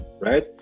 right